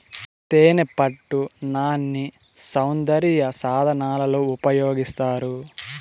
తేనెపట్టు నాన్ని సౌందర్య సాధనాలలో ఉపయోగిస్తారు